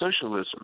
socialism